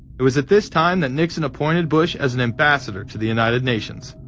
it was at this time that nixon appointed bush. as an ambassador to the united nations.